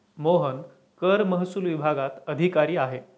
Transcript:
मोहन कर महसूल विभागात अधिकारी आहे